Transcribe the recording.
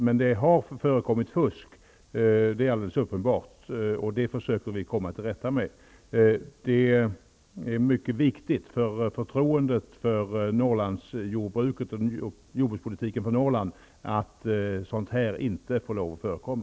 Men det har förekommit fusk, det är alldeles uppenbart, och det försöker vi komma till rätta med. Det är mycket viktigt för förtroendet för Norrlandsjordbruket och jordbrukspolitiken för Norrland att något sådant inte får förekomma.